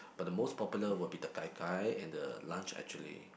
but the most popular will be the Gai Gai and the Lunch Actually